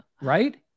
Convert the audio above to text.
right